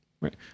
right